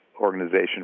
organization